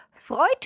Freut